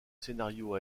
scénario